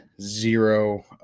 zero